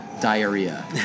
diarrhea